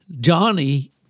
Johnny